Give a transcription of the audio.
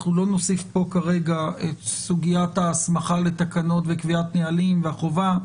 אנחנו לא נוסיף פה כרגע את סוגיית ההסמכה לתקנות וקביעת נהלים והחובה.